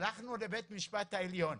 הלכנו לבית משפט העליון,